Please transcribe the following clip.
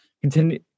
continue